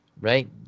right